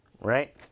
right